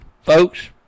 Folks